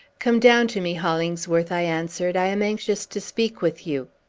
come down to me, hollingsworth! i answered. i am anxious to speak with you.